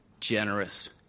generous